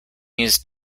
used